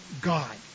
God